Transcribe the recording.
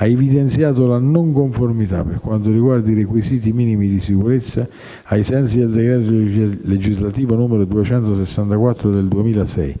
ha evidenziato la non conformità per quanto riguarda i requisiti minimi di sicurezza, ai sensi del decreto legislativo n. 264 del 2006,